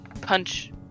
Punch